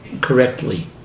correctly